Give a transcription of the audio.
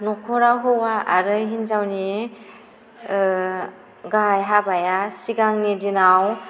न'खराव हौवा आरो हिन्जावनि गाहाइ हाबाया सिगांनि दिनाव